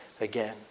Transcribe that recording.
again